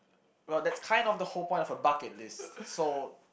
well that's kind of the whole point of a bucket list so